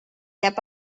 jääb